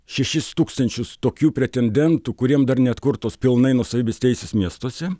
šešis tūkstančius tokių pretendentų kuriem dar neatkurtos pilnai nuosavybės teisės miestuose